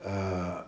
err